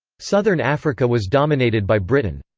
southern africa was dominated by britain.